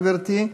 גברתי,